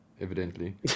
evidently